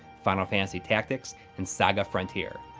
final fantasy tactics and saga frontier.